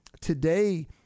Today